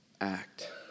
act